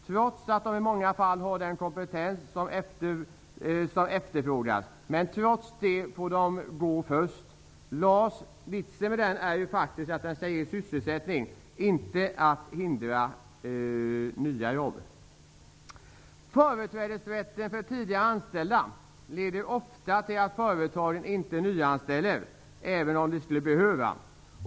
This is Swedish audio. Trots att ungdomarna i många fall har den kompetens som efterfrågas får de gå först. Vitsen med LAS är faktiskt att skapa sysselsättning och inte att hindra nyanställning. Företrädesrätten för tidigare anställda leder ofta till att företagen inte nyanställer, även om det skulle behövas.